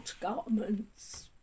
garments